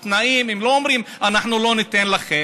הם לא אומרים: אנחנו לא ניתן לכם,